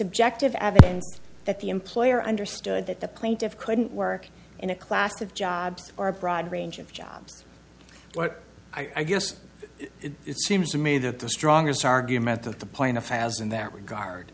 subjective evidence that the employer understood that the plaintiffs couldn't work in a class of jobs or a broad range of jobs but i guess it seems to me that the strongest argument that the plaintiff has in that regard